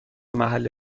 محل